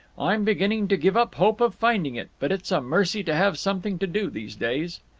i'm beginning to give up hope of finding it, but it's a mercy to have something to do these days.